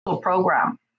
program